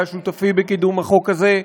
היה שותפי בקידום החוק הזה,